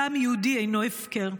דם יהודי אינו הפקר.